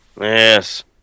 Yes